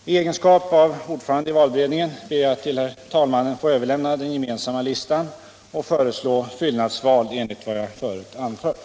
I egenskap av ordförande i valberedningen ber jag att till herr talmannen få överlämna den gemensamma listan och föreslå fyllnadsval enligt vad jag förut anfört.